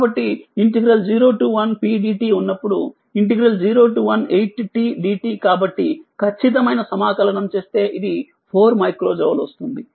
కాబట్టి01Pdt ఉన్నప్పుడు018t dt కాబట్టిఖచ్చితమైన సమాకలనం చేస్తే ఇది 4మైక్రో జౌల్ వస్తుంది